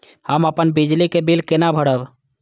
हम अपन बिजली के बिल केना भरब?